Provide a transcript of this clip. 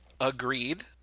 Agreed